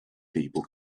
people